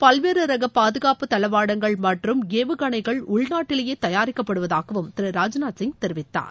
பல்வேற ரக பாதுகாப்பு தளவாடங்கள் மற்றும் ஏவுகனைகள் உள்நாட்டிலேயே தயாரிக்கப்படுவதாகவும் திரு ராஜ்நாத்சிங் தெரிவித்தார்